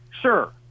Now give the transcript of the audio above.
sure